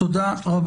תודה.